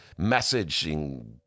messaging